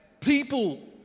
people